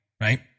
right